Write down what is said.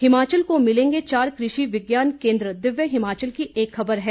हिमाचल को मिलेंगे चार कृषि विज्ञान केन्द्र दिव्य हिमाचल की एक खबर है